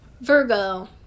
Virgo